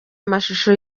amashusho